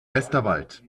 westerwald